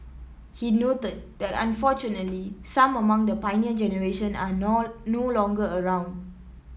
he noted that unfortunately some among the Pioneer Generation are now no longer around